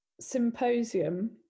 symposium